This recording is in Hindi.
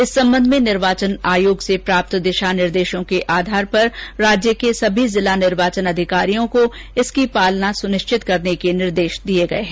इस संबंध में निर्वाचन आयोग से प्राप्त दिषा निर्देषों के आधार पर राज्य के सभी जिला निर्वाचन अधिकारियों को इसकी पालना सुनिश्चित करने के लिए निर्देश दिए गए हैं